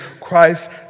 Christ